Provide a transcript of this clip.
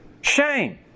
Shame